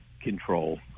control